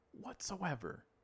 whatsoever